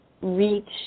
reach